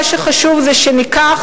מה שחשוב זה שניקח,